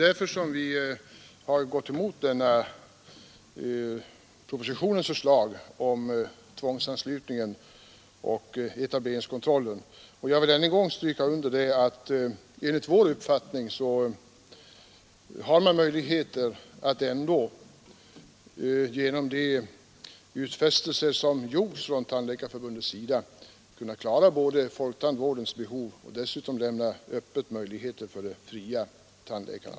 Därför har vi gått emot propositionens förslag om tvångsanslutningen och etableringskontrollen. Jag vill än en gång understryka att genom de utfästelser som gjorts från Tandläkarförbundets sida finns det enligt vår uppfattning förutsättningar att klara både folktandvårdens behov och att lämna möjligheter öppna för de fria tandläkarna.